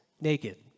naked